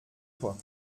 toi